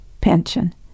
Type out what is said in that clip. pension